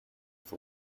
with